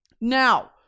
Now